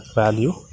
value